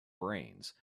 brains